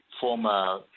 former